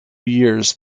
years